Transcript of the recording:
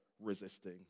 resisting